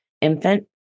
infant